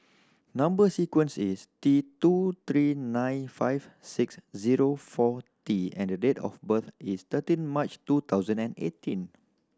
number sequence is T two three nine five six zero four T and the date of birth is thirteen March two thousand and eighteen